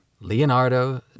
Leonardo